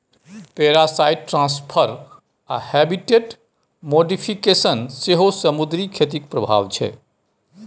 parasite transfer आ habitat modification सेहो समुद्री खेतीक प्रभाब छै